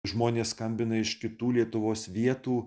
žmonės skambina iš kitų lietuvos vietų